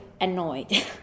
annoyed